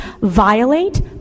violate